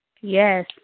yes